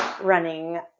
running